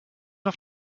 auf